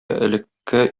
элекке